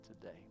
today